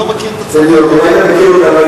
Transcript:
אני לא מכיר מאה אחוז.